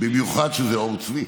במיוחד שזה עור צבי.